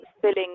filling